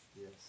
Yes